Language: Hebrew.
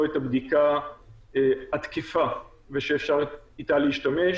את הבדיקה התקפה ושאפשר להשתמש בה.